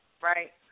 right